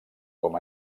com